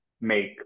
make